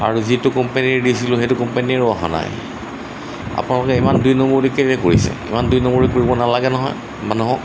আৰু যিটো কোম্পেনীৰ দিছিলোঁ সেইটো কোম্পানীৰো অহা নাই আপোনালোকে ইমান দুই নম্বৰী কেলৈ কৰিছে ইমান দুই নম্বৰী কৰিব নালাগে নহয় মানুহক